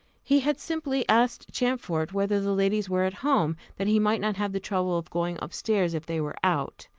he had simply asked champfort whether the ladies were at home, that he might not have the trouble of going up stairs if they were out.